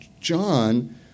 John